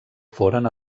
foren